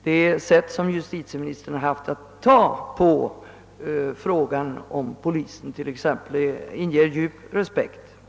Det sätt varpå justitieministern behandlat frågan om polisen t.ex. inger djup respekt.